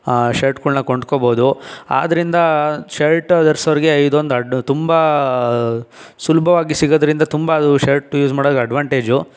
ಶರ್ಟ್ಗಳನ್ನ ಕೊಂಡ್ಕೊಬೋದು ಆದ್ದರಿಂದ ಶರ್ಟ್ ಧರ್ಸೋರ್ಗೆ ಇದೊಂದು ಅಡ್ ತುಂಬ ಸುಲಭವಾಗಿ ಸಿಗೋದ್ರಿಂದ ತುಂಬ ಅದು ಶರ್ಟ್ ಯೂಸ್ ಮಾಡೋರ್ಗೆ ಅಡ್ವಾಂಟೇಜ್